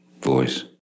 voice